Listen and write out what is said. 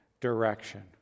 direction